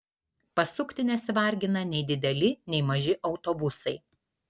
pasukti nesivargina nei dideli nei maži autobusai